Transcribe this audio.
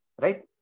Right